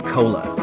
Cola